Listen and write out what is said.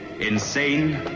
Insane